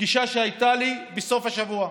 בפגישה שהייתה לי בסוף השבוע.